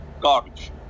Garbage